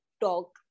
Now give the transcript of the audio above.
talk